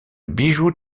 bijou